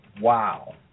Wow